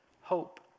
Hope